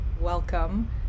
welcome